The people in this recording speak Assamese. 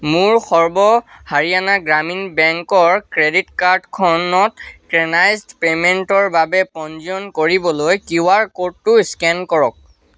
মোৰ সৰ্ব হাৰিয়ানা গ্ৰামীণ বেংকৰ ক্ৰেডিট কাৰ্ডখন ট'কেনাইজ্ড পে'মেণ্টৰ বাবে পঞ্জীয়ন কৰিবলৈ কিউআৰ ক'ডটো স্কেন কৰক